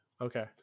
Okay